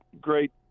great